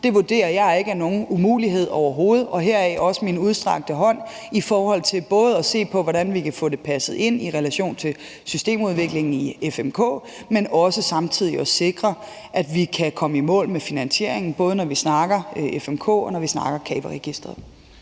jeg overhovedet ikke er nogen umulighed, og heraf også min udstrakte hånd i forhold til både at se på, hvordan vi kan få det passet ind i relation til systemudviklingen i FMK, men også samtidig sikre, at vi kan komme i mål med finansieringen, både når vi snakker om FMK, og når vi snakker om CAVE-registeret.